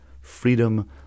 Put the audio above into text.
freedom